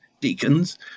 deacons